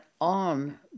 on